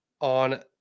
on